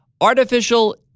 Artificial